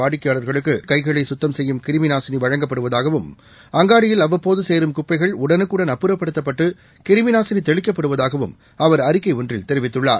வாடிக்கையாளர்கள் கைகளை சுத்தம் செய்யும் கிருமி நாசினி வழங்கப்படுவதாகவும் அங்காடியில் அவ்வப்போது சேரும் குப்பைகள் உடனுக்குடன் அப்புறப்படுத்தப்பட்டு கிருமி நாசினி தெளிக்கப்படுவதாகவும் அவர் அறிக்கை ஒன்றி தெரிவித்துள்ளார்